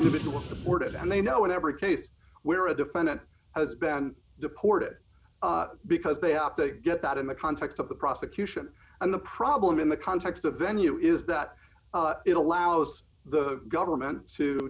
individual supportive and they know in every case where a defendant has been deported because they have to get that in the context of the prosecution and the problem in the context of venue is that it allows the government to